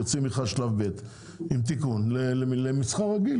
יוציא מכרז שלב ב' עם תיקון למסחר רגיל,